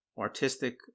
artistic